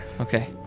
Okay